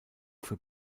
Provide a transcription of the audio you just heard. für